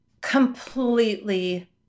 completely